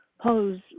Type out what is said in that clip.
pose